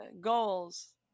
Goals